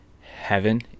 heaven